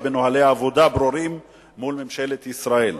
בנוהלי עבודה ברורים מול ממשלת ישראל.